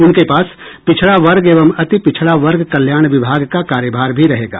उनके पास पिछड़ा वर्ग एंव अतिपिछड़ा वर्ग कल्याण विभाग का कार्यभार भी रहेगा